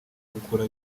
gukura